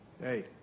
Hey